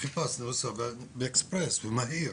חיפשנו לנסוע באקספרס, במהיר.